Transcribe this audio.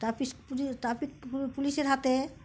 traffic police traffic পুলিশের হাতে